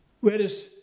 whereas